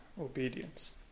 obedience